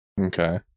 Okay